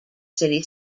city